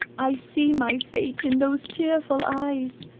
i see my fate in those tearful eyes.